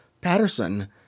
Patterson